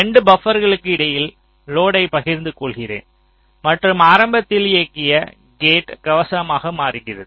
2 பபர்களுக்கு இடையில் லோடை பகிர்ந்து கொள்கிறேன் மற்றும் ஆரம்பத்தில் இயங்கிய கேட் கவசமாக மாறுகிறது